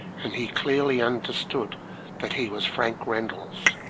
and he clearly understood that he was frank reynolds,